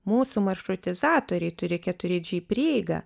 mūsų maršrutizatoriai turi keturi dži prieigą